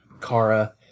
Kara